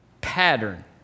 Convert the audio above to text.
pattern